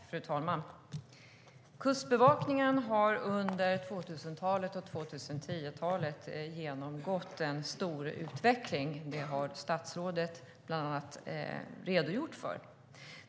Fru talman! Kustbevakningen har under 2000-talet och 2010-talet genomgått en stor utveckling. Det har statsrådet redogjort för.